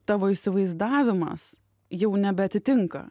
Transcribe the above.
tavo įsivaizdavimas jau nebeatitinka